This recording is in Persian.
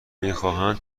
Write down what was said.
میخواهند